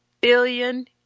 billion